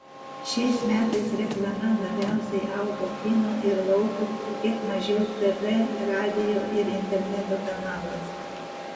šiais metais reklama labiausiai augo kino ir lauko kiek mažiau tv radijo ir interneto kanaluose